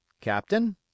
Captain